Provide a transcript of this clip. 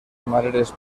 maneres